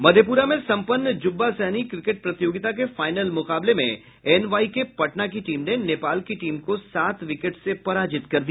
मधेप्रा में संपन्न जूब्बा सहनी क्रिकेट प्रतियोगिता के फाइनल मुकाबले में एनवाईके पटना की टीम ने नेपाल की टीम को सात विकेट से पराजित कर दिया